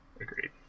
agreed